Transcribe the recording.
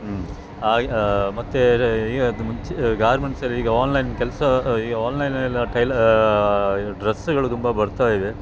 ಮತ್ತು ಈಗ ಮುಂಚೆ ಗಾರ್ಮೆಂಟ್ಸಲ್ಲಿ ಈಗ ಆನ್ಲೈನ್ ಕೆಲಸ ಈಗ ಆನ್ಲೈನ್ ಎಲ್ಲ ಟೈಲ ಇದು ಡ್ರೆಸ್ಸುಗಳು ತುಂಬ ಬರ್ತಾಯಿವೆ